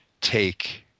take